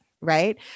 right